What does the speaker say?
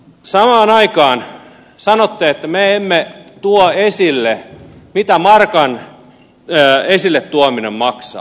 samaan aikaan sanotte että me emme tuo esille mitä markan esille tuominen maksaa